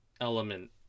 element